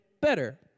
better